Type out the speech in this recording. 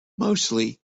mostly